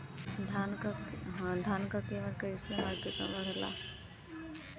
धान क कीमत कईसे मार्केट में बड़ेला?